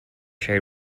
shared